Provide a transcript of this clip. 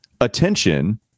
attention